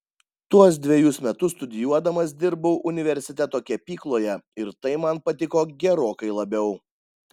tuos dvejus metus studijuodamas dirbau universiteto kepykloje ir tai man patiko gerokai labiau